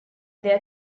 their